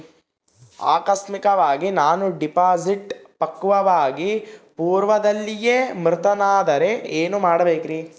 ಆಕಸ್ಮಿಕವಾಗಿ ನಾನು ಡಿಪಾಸಿಟ್ ಪಕ್ವವಾಗುವ ಪೂರ್ವದಲ್ಲಿಯೇ ಮೃತನಾದರೆ ಏನು ಮಾಡಬೇಕ್ರಿ?